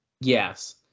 Yes